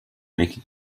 making